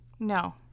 No